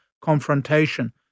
confrontation